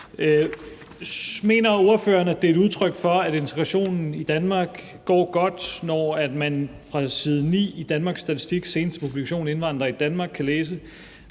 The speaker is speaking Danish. Mener ordføreren, at det er et udtryk for, at integrationen i Danmark går godt, når man fra side 9 i Danmarks Statistiks seneste publikation »Indvandrere i Danmark« kan læse: